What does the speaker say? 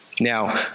Now